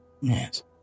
Yes